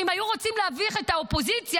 אם היו רוצים להביך את האופוזיציה,